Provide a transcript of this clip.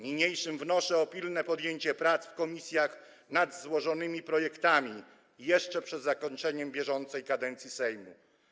Niniejszym wnoszę o pilne podjęcie prac w komisjach nad złożonymi projektami jeszcze przed zakończeniem bieżącej kadencji Sejmu.